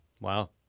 Wow